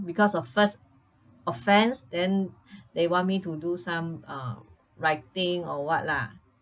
because of first offence then they want me to do some uh writing or what lah